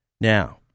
Now